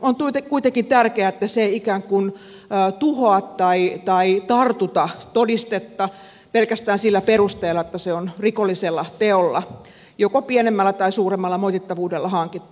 on kuitenkin tärkeää että se ei ikään kuin tuhoa tai tartuta todistetta pelkästään sillä perusteella että se on rikollisella teolla joko pienemmällä tai suuremmalla moitittavuudella hankittu